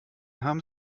haben